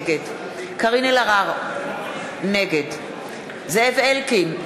נגד קארין אלהרר, נגד זאב אלקין,